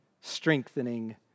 strengthening